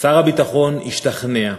שר הביטחון השתכנע,